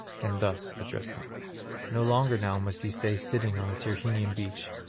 and thus addressed him no longer now must ye stay sitting on the tyrrhenian beach,